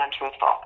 untruthful